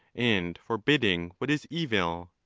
and forbidding what is evil.